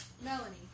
Melanie